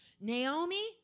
Naomi